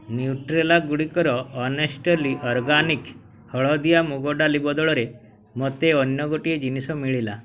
ନ୍ୟୁଟ୍ରେଲାଗୁଡ଼ିକର honestly organic ହଳଦିଆ ମୁଗ ଡାଲି ବଦଳରେ ମୋତେ ଅନ୍ୟ ଗୋଟିଏ ଜିନିଷ ମିଳିଲା